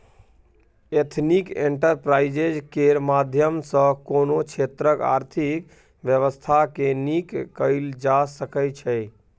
ethnic enterprise केर माध्यम सँ कोनो क्षेत्रक आर्थिक बेबस्था केँ नीक कएल जा सकै छै